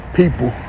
people